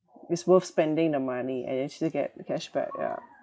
it's worth spending the money and actually get cashback yeah